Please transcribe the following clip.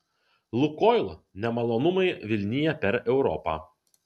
lukoil nemalonumai vilnija per europą